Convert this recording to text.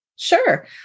Sure